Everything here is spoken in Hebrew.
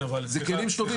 זה כלים שלובים.